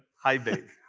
hi babe,